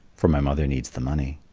for my mother needs the money.